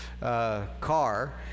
car